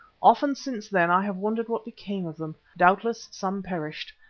often since then i have wondered what became of them. doubtless some perished,